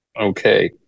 Okay